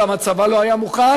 גם הצבא לא היה מוכן,